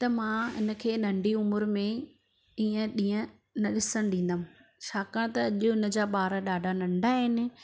त मां इन खे नंढी उमिरि में ईअं ॾींहुं न ॾिसणु ॾींदमि छाकाणि त अॼु बि हुन जा ॿार ॾाढा नंढा आहिनि